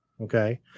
Okay